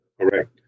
Correct